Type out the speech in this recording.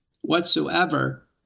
whatsoever